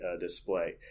display